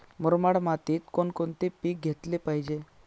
मुरमाड मातीत कोणकोणते पीक घेतले पाहिजे?